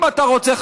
אם אתה רוצה,